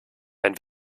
wenn